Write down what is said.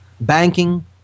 banking